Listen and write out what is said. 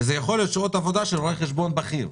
וזה יכול להיות שעות עבודה של רואה חשבון בכיר.